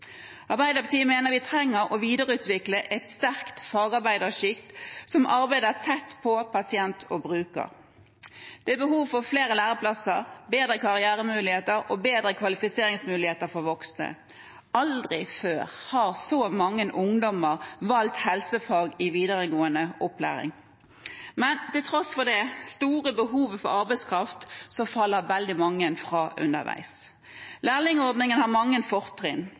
Arbeiderpartiet mener vi trenger å videreutvikle et sterkt fagarbeidersjikt som arbeider tett på pasient og bruker. Det er behov for flere læreplasser, bedre karrieremuligheter og bedre kvalifiseringsmuligheter for voksne. Aldri før har så mange ungdommer valgt helsefag i videregående opplæring, men til tross for det store behovet for arbeidskraft faller veldig mange fra underveis. Lærlingordningen har mange fortrinn.